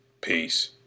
Peace